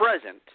present